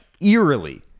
eerily